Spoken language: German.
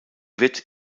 wird